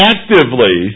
Actively